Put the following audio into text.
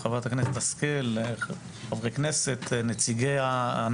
שר החקלאות ופיתוח הכפר עודד פורר: תודה חברת הכנסת השכל,